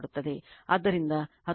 ಆದ್ದರಿಂದ 19